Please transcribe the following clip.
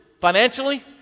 financially